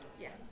Yes